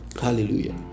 Hallelujah